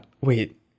wait